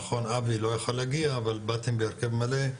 נכון אבי לא יכל להגיע אבל באתם בהרכב מלא,